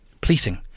policing